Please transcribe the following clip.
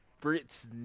brit's